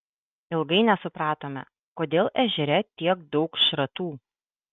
ilgai nesupratome kodėl ežere tiek daug šratų